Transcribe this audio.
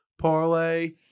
Parlay